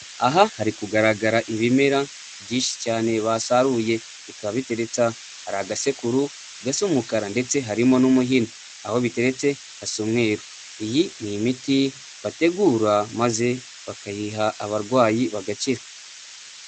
Aha hari kugaragara ibimera byinshi cyane basaruye bikaba biteretse aha, hari agasekuru gasa umukara ndetse harimo n'umuhini, aho biteretse hasa umweru, iyi ni imiti bategura maze bakayiha abarwayi bagakira.